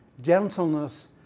Gentleness